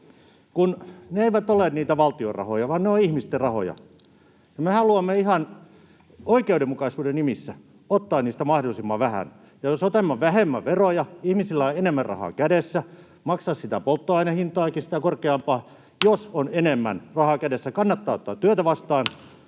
kun ne eivät ole niitä valtion rahoja vaan ne ovat ihmisten rahoja, niin me haluamme ihan oikeudenmukaisuuden nimissä ottaa niistä mahdollisimman vähän. Jos otamme vähemmän veroja, ihmisillä on enemmän rahaa kädessä maksaa sitä korkeampaa polttoaineen hintaakin, ja jos on enemmän rahaa kädessä, kannattaa ottaa työtä vastaan.